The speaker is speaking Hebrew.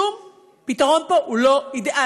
שום פתרון פה הוא לא אידיאלי.